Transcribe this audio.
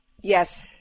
Yes